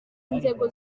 n’inzego